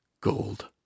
Gold